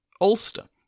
Ulster